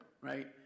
right